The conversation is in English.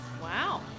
Wow